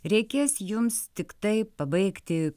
reikės jums tiktai pabaigti